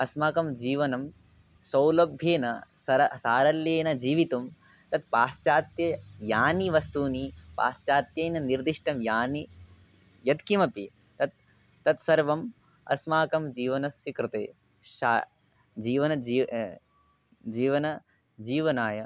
अस्माकं जीवनं सौलभ्येन सर सारल्येन जीवितुं यत् पाश्चात्येन यानि वस्तूनि पाश्चात्येन निर्दिष्टानि यानि यद् किमपि तत् तत् सर्वम् अस्माकं जीवनस्य कृते शा जीवनं जी जीवनाय जीवनाय